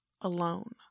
alone